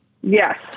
Yes